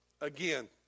again